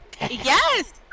Yes